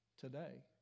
today